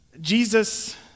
Jesus